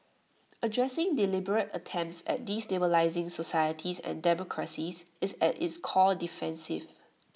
addressing deliberate attempts at destabilising societies and democracies is at its core defensive